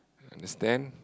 understand